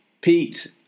Pete